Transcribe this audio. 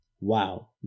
wow